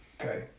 Okay